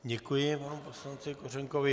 Děkuji panu poslanci Kořenkovi.